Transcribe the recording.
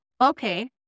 Okay